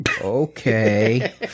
okay